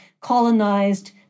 colonized